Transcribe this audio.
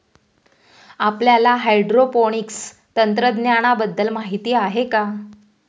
आपल्याला हायड्रोपोनिक्स तंत्रज्ञानाबद्दल माहिती आहे का?